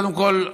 קודם כול,